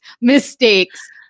mistakes